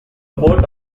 port